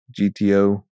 GTO